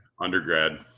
undergrad